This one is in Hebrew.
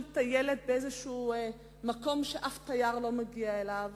טיילת באיזה מקום שאף תייר לא מגיע אליו.